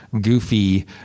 goofy